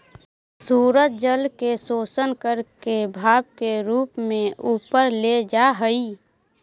सूरज जल के शोषण करके भाप के रूप में ऊपर ले जा हई